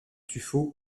tuffeau